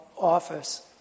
office